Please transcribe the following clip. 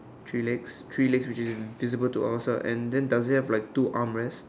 three legs three legs which is visible to all and also does it have two arm rest